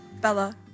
Bella